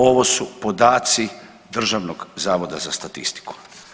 Ovo su podaci Državnog zavoda za statistiku.